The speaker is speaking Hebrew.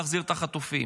להחזיר את החטופים.